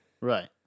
Right